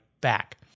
back